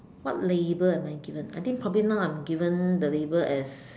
what label am I given I think probably now I am given the label as